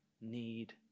need